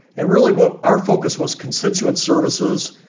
and really what our focus was, constituent services,